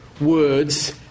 words